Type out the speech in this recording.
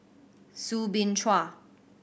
Soo Bin Chua